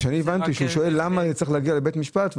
אני הבנתי שהוא שואל למה צריך להגיע לבית משפט.